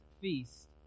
feast